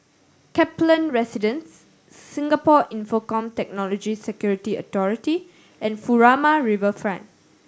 Kaplan Residence Singapore Infocomm Technology Security Authority and Furama Riverfront